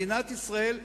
מדינת ישראל,